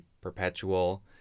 perpetual